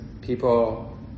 people